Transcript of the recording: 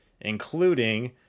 including